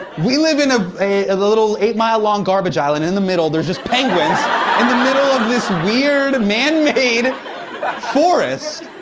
we live in a, a little eight mile long garbage island and in the middle, there's just penguins in the middle of this weird, man-made forest.